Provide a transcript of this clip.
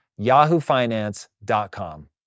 yahoofinance.com